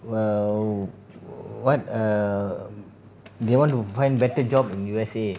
well what err they want to find better job in U_S_A